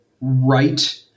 right